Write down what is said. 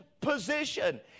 position